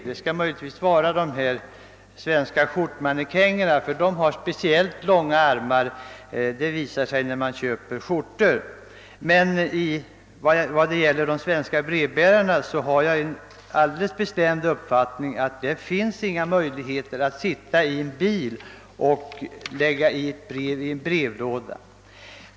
Det skulle möjligtvis gälla de svenska skjortmannekängerna, som har speciellt långa armar — det visar sig när man köper skjortor. När det gäller de svenska brevbärarna har jag den bestämda uppfattningen att det inte finns några möjligheter att från en bil lägga brev i en brevlåda.